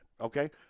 Okay